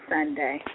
Sunday